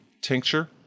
tincture